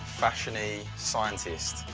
fashion-y, scientist.